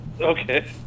Okay